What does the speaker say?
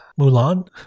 Mulan